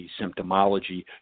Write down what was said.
symptomology